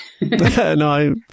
No